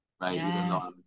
right